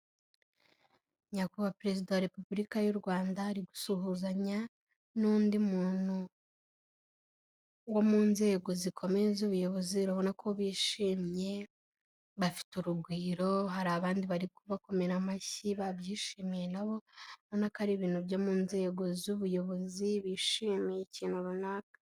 Nyakubahwa perezida wa Repubulika y'u Rwanda ari gusuhuzanya n'undi muntu wo mu nzego zikomeye z'ubuyobozi, urabona ko bishimye, bafite urugwiro, hari abandi bari kubakomera amashyi, babyishimiye na bo, urabona ko ari ibintu byo mu nzego z'ubuyobozi, bishimiye ikintu runaka.